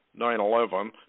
9-11